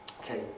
Okay